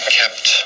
kept